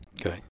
Okay